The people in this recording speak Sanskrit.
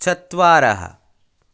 चत्वारः